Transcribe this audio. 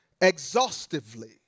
exhaustively